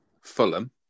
Fulham